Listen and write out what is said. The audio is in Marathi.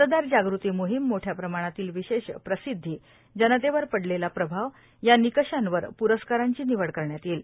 मतदार जाग़ती मोहीम मोठ्या प्रमाणातील विशेष प्रसिद्धी जनतेवर पडलेला प्रभाव या निकषांवर प्रस्कारांची निवड करण्यात येईल